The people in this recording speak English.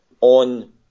on